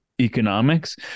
economics